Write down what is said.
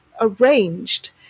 arranged